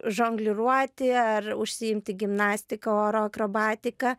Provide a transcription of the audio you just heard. žongliruoti ar užsiimti gimnastika oro akrobatika